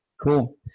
Cool